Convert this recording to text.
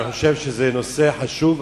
אני חושב שזה נושא חשוב,